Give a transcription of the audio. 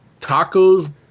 Tacos